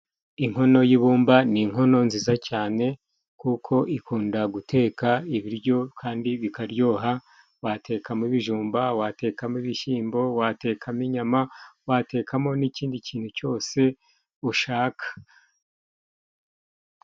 Inkono y'ibumba ni inkono nziza cyane kuko ikunda guteka ibiryo kandi bikaryoha watekamo ibijumba, watekamo ibishyimbo watekamo inyama, watekamo n'ikindi kintu cyose ushaka.